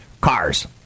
Cars